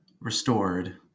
restored